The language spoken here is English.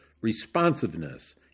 responsiveness